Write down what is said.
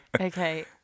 okay